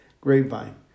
Grapevine